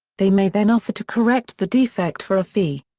they may then offer to correct the defect for a fee.